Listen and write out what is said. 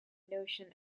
notion